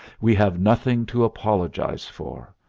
we have nothing to apologize for.